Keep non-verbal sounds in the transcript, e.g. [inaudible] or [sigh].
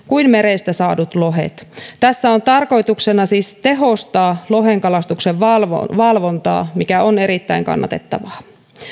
[unintelligible] kuin merestä saadut lohet tässä on tarkoituksena siis tehostaa lohenkalastuksen valvontaa mikä on erittäin kannatettavaa